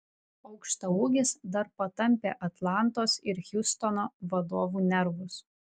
aukštaūgis dar patampė atlantos ir hjustono vadovų nervus